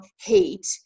hate